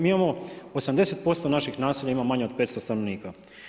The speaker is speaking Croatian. Mi imamo 80% naših naselja ima manja od 500 stanovnika.